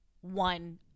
one